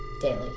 daily